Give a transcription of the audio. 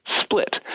split